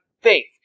faith